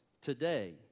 Today